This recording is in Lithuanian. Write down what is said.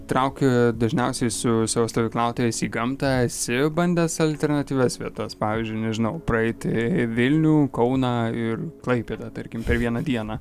traukiu dažniausiai su savo stovyklautojais į gamtą esi bandęs alternatyvias vietas pavyzdžiui nežinau praeiti vilnių kauną ir klaipėdą tarkim per vieną dieną